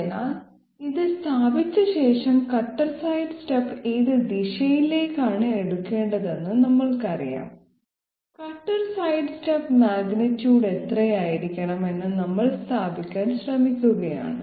അതിനാൽ ഇത് സ്ഥാപിച്ച ശേഷം കട്ടർ സൈഡ്സ്റ്റെപ്പ് ഏത് ദിശയിലേക്കാണ് എടുക്കേണ്ടതെന്ന് നമ്മൾക്കറിയാം കട്ടർ സൈഡ്സ്റ്റെപ്പ് മാഗ്നിറ്റ്യൂഡ് എത്രയായിരിക്കണം എന്ന് നമ്മൾ സ്ഥാപിക്കാൻ ശ്രമിക്കുകയാണ്